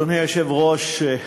אדוני היושב-ראש,